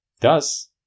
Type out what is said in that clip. Thus